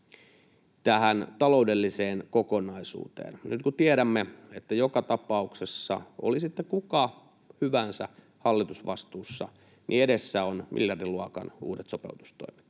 tähän taloudelliseen kokonaisuuteen, niin nyt kun tiedämme, että joka tapauksessa, oli sitten kuka hyvänsä hallitusvastuussa, edessä on miljardiluokan uudet sopeutustoimet,